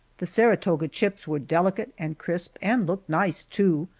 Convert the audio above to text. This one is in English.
the saratoga chips were delicate and crisp and looked nice, too,